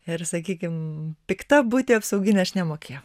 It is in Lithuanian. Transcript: ir sakykim pikta būti apsaugine aš nemokėjau